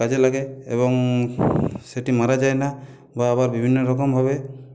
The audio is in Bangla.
কাজে লাগে এবং সেটি মারা যায় না বা আবার বিভিন্ন রকম ভাবে